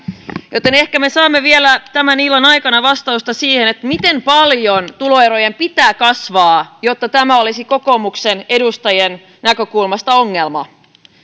ehkä me saamme vielä tämän illan aikana vastauksen siihen miten paljon tuloerojen pitää kasvaa jotta tämä olisi kokoomuksen edustajien näkökulmasta ongelma